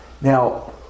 Now